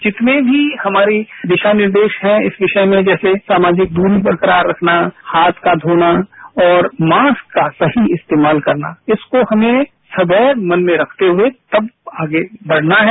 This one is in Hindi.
जितने भी हमारे दिशा निर्देश हैं इस विषय में जैसे सामाजिक दूरी बरकरार रखना हाथ का धोना और मास्क का सही इस्तेमाल करना इसको हमें सदैव मन में रखते हुए तब आगे बढ़ना है